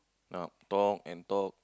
ah talk and talk